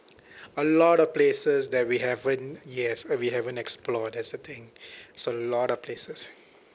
a lot of places that we haven't yes uh we haven't explored that's the thing it's a lot of places